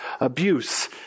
abuse